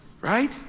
Right